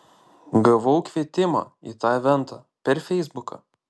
gavau kvietimą į tą eventą per feisbuką